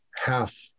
half